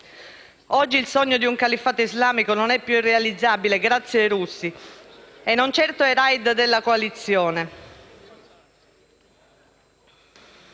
Oggi il sogno di un califfato islamico non è più realizzabile grazie ai russi, non certo ai *raid* della coalizione.